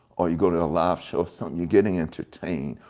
or you go to a live show, something, you're getting entertained.